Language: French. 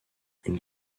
une